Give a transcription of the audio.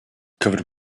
covered